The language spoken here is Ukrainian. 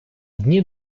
дні